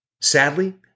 Sadly